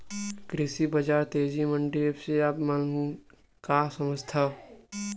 कृषि बजार तेजी मंडी एप्प से आप मन का समझथव?